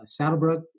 Saddlebrook